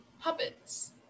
Puppets